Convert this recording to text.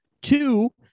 Two